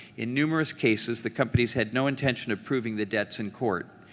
in numerous cases, the companies had no intention of proving the debts in court.